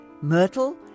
Myrtle